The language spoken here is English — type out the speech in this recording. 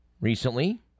recently